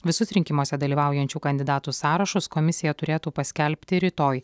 visus rinkimuose dalyvaujančių kandidatų sąrašus komisija turėtų paskelbti rytoj